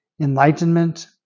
enlightenment